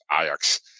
Ajax